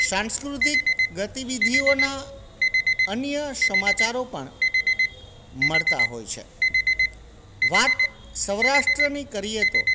સાંસ્કૃતિક ગતિવિધિઓના અન્ય સમાચારો પણ મળતા હોય છે વાત સૌરાષ્ટ્રની કરીએ તો